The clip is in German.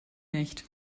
nicht